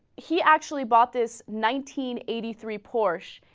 he actually bought this nineteen eighty-three porsche